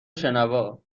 شنوا